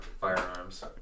firearms